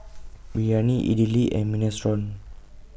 Biryani Idili and Minestrone